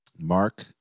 Mark